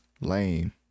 lame